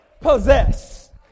possess